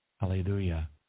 Hallelujah